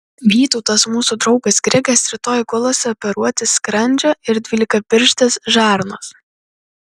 vytautas mūsų draugas grigas rytoj gulasi operuoti skrandžio ir dvylikapirštės žarnos